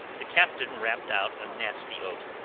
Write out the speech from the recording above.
the captain rapped out a nasty oath.